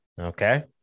okay